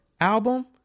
album